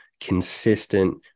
consistent